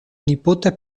nipote